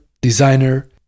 designer